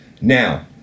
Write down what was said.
Now